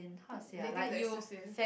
hmm dating is like exclusive